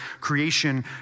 creation